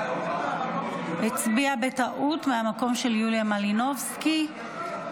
הצביע בטעות מהמקום של יוליה מלינובסקי.